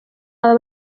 aba